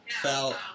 Felt